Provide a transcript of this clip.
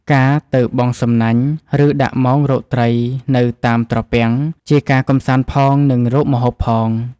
ការទៅបង់សំណាញ់ ឬដាក់មងរកត្រីនៅតាមត្រពាំង ជាការកម្សាន្តផង និងរកម្ហូបផង។